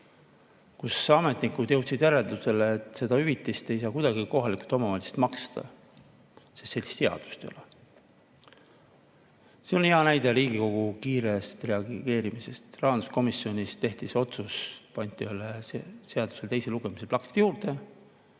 kui ametnikud jõudsid järeldusele, et seda hüvitist ei saa kuidagi kohalikud omavalitsused maksta, sest sellist seadust ei ole. See on hea näide Riigikogu kiirest reageerimisest. Rahanduskomisjonis tehti see otsus, pandi see ühe seaduse teisel lugemisel plaksti juurde.